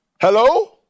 Hello